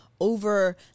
over